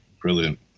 brilliant